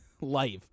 life